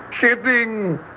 kidding